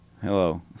Hello